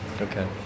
okay